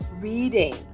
reading